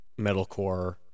metalcore